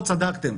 צדקתם.